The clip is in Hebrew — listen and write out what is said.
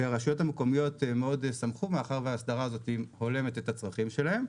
והרשויות המקומיות מאוד שמחו מאחר וההסדרה הזאת הולמת את הצרכים שלהם.